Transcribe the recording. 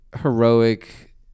heroic